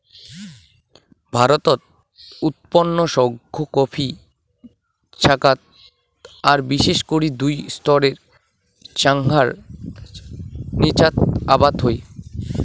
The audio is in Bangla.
ভারতত উৎপন্ন সৌগ কফি ছ্যাঙাত আর বিশেষ করি দুই স্তরের ছ্যাঙার নীচাত আবাদ হই